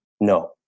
No